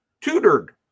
tutored